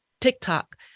TikTok